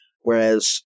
Whereas